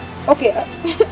Okay